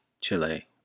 Chile